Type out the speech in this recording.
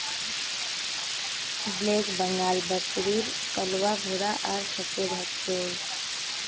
black Bengal बकरीर कलवा भूरा आर सफेद ह छे